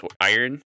iron